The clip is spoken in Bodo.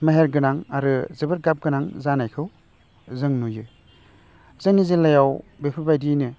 मेहेर गोनां आरो जोबोद गाब गोनां जानायखौ जों नुयो जोंनि जिल्लायाव बेफोरबायदियैनो